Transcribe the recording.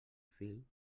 fil